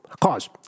cause